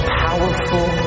powerful